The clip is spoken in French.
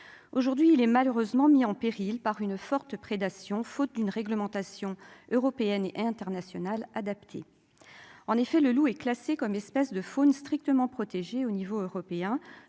aujourd'hui il est malheureusement mis en péril par une forte prédation, faute d'une réglementation européenne et internationale adapté, en effet, le loup est classé comme espèce de faune strictement protégé au niveau européen,